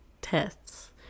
tests